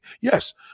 yes